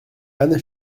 anne